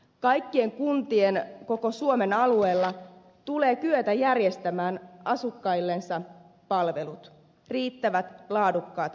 kaikkien kuntien koko suomen alueella tulee kyetä järjestämään asukkaillensa palvelut riittävät laadukkaat palvelut